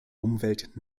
umwelt